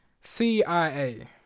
CIA